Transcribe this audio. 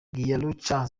gianluca